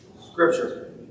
scripture